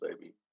baby